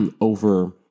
over